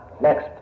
next